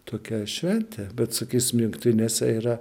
tokia šventė bet sakysim jungtinėse yra